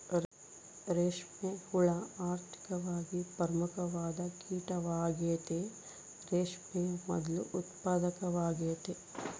ರೇಷ್ಮೆ ಹುಳ ಆರ್ಥಿಕವಾಗಿ ಪ್ರಮುಖವಾದ ಕೀಟವಾಗೆತೆ, ರೇಷ್ಮೆಯ ಮೊದ್ಲು ಉತ್ಪಾದಕವಾಗೆತೆ